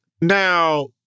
now